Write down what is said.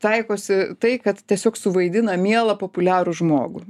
taikosi tai kad tiesiog suvaidina mielą populiarų žmogų